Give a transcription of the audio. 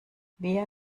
wir